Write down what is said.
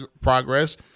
progress